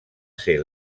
ser